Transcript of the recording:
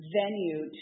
venue